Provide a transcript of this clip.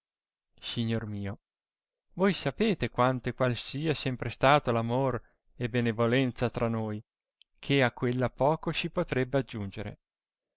signor mio voi sapete quanto e qual sia sempre stato l'amore e benevolenza tra noi che a quella poco si potrebbe aggiungere